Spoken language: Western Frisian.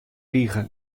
rige